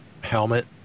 helmet